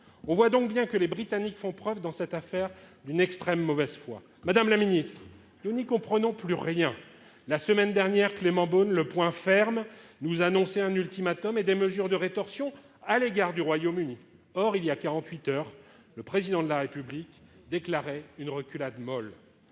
On voit donc bien que les Britanniques font preuve dans cette affaire d'une extrême mauvaise foi. Madame la ministre, nous n'y comprenons plus rien ! La semaine dernière, Clément Beaune, le poing ferme, nous annonçait un ultimatum et des mesures de rétorsion à l'égard du Royaume-Uni. Or, il y a 48 heures, le Président de la République proclamait une reculade molle